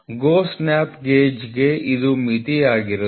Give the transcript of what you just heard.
GO snap ಗೇಜ್ಗೆ ಇದು ಮಿತಿಯಾಗಿರುತ್ತದೆ